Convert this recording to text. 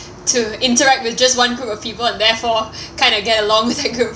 to interact with just one group of people and therefore kind of get along with that group